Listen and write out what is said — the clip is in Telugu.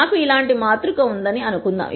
నాకు ఇలాంటి మాతృక ఉందని అనుకుందాం